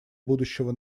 будущего